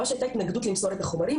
ממש היתה התנגדות למסור את החומרים.